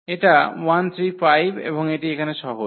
এটা 1 3 5 এবং এটি এখানে সহজ